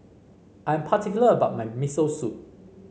I am particular about my Miso Soup